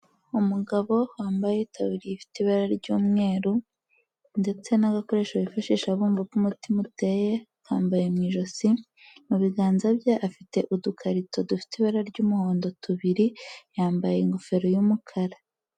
Umugabo wambaye itaburiya ifite ibara ry'umweru ndetse n'agakoresho bifashisha bumva uko umutima uteye, akambaye mu ijosi, mu biganza bye afite udukarito dufite ibara ry'umuhondo tubiri, yambaye ingofero y'umukara.